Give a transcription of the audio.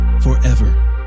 forever